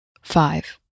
five